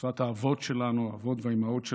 שפת האבות שלנו, האבות והאימהות שלנו,